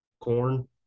Corn